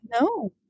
no